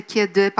Kiedy